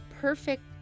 perfect